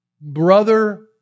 Brother